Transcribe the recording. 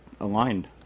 aligned